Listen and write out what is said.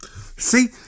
See